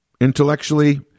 intellectually